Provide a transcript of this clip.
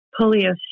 Polio